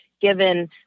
given